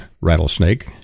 Rattlesnake